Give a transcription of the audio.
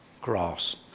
grass